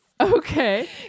Okay